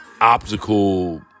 optical